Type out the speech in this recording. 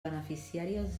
beneficiàries